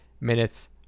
minutes